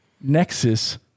Nexus